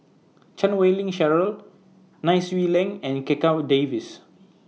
Chan Wei Ling Cheryl Nai Swee Leng and Checha Davies